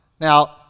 Now